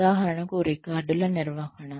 ఉదాహరణకు రికార్డుల నిర్వహణ